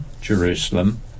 Jerusalem